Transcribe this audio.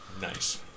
Nice